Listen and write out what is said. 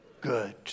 good